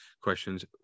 questions